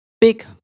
big